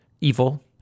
evil